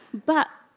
but,